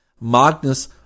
Magnus